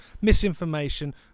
misinformation